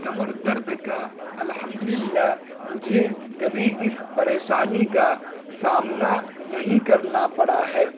کمر درد کا الحمد للہ مجھے کبھی اس پریشانی کا سامنا نہیں کرنا پڑا ہے